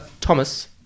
Thomas